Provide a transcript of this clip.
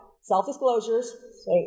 Self-disclosures